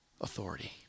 authority